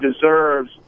deserves